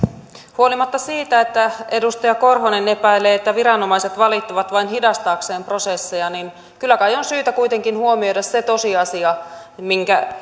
huolimatta siitä että edustaja korhonen epäilee että viranomaiset valittavat vain hidastaakseen prosesseja kyllä kai on syytä kuitenkin huomioida se tosiasia minkä